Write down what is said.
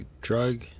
drug